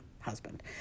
husband